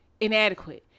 inadequate